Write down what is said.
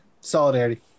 Solidarity